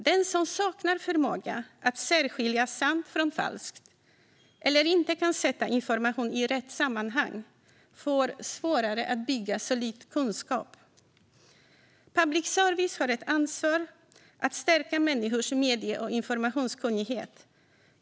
Den som saknar förmåga att särskilja sant från falskt, eller inte kan sätta information i rätt sammanhang, får svårare att bygga solid kunskap. Public service har ett ansvar att stärka människors medie och informationskunnighet.